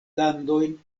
landojn